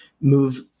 move